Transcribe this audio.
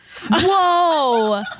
Whoa